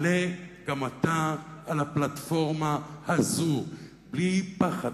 עלה גם אתה על הפלטפורמה הזו בלי פחד,